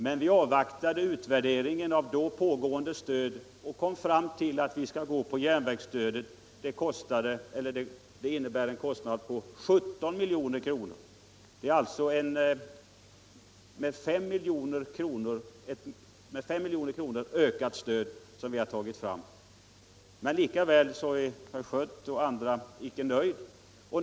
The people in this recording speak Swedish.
Men vi avvaktade utvärderingen av då utgående stöd och kom fram till att man i stället borde gå efter järnvägsprincipen, som innebär en kostnad på 17 milj.kr., dvs. ett med 5 milj.kr. ökat stöd i förhållande till det borgerliga förslaget. Likväl är herr Schött och andra icke nöjda.